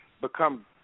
become